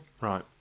Right